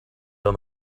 down